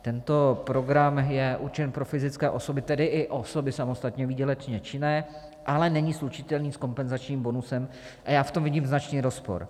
Tento program je určen pro fyzické osoby, tedy i osoby samostatně výdělečně činné, ale není slučitelný s kompenzačním bonusem, a já v tom vidím značný rozpor.